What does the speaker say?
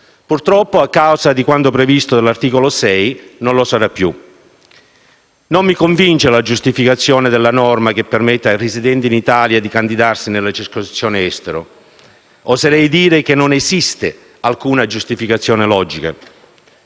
Purtroppo, a causa di quanto previsto dall'articolo 6, non lo sarà più. Non mi convince la giustificazione della norma che permette ai residenti in Italia di candidarsi nella circoscrizione estero. Oserei dire che non esiste alcuna giustificazione logica.